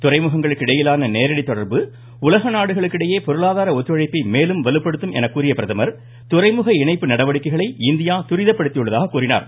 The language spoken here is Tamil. துறைமுகங்களுக்கிடையிலான நேரடி தொடர்பு உலக நாடுகளுக்கிடையே பொருளாதார ஒத்துழைப்பை மேலும் வலுப்படுத்தும் என கூறிய பிரதமர் துறைமுக இணைப்பு நடவடிக்கைகளை இந்தியா துரிதப்படுத்தியுள்ளதாக கூறினார்